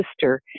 sister